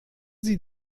sie